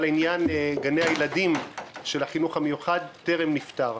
עניין גני הילדים של החינוך המיוחד טרם נפתר.